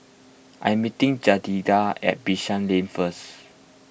I'm meeting Jedidiah at Bishan Lane first